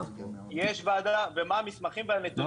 יש וועדה ומה הנתונים והמסמכים.